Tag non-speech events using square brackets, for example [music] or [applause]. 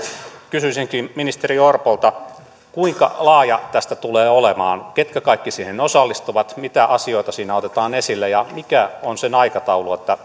kysyisinkin ministeri orpolta kuinka laaja tämä tulee olemaan ketkä kaikki siihen osallistuvat mitä asioita siinä otetaan esille ja mikä on sen aikataulu että [unintelligible]